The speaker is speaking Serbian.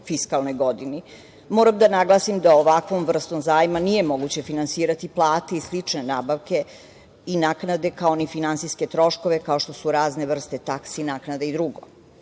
fiskalnoj godini. Moram da naglasim da ovakvom vrstom zajma nije moguće finansirati plate i slične nabavke i naknade, kao ni finansijske troškove, kao što su razne vrsti taksi, naknada i drugo.